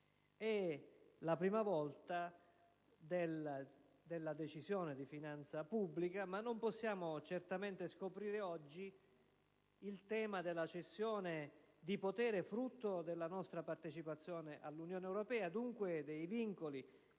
È la prima volta della Decisione di finanza pubblica, ma non possiamo certamente scoprire oggi il tema della cessione di potere frutto della nostra partecipazione all'Unione europea, dunque dei vincoli